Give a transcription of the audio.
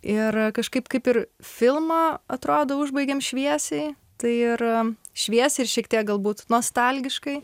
ir kažkaip kaip ir filmą atrodo užbaigėm šviesiai tai ir šviesi ir šiek tiek galbūt nostalgiškai